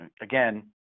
again